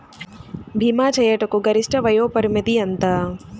భీమా చేయుటకు గరిష్ట వయోపరిమితి ఎంత?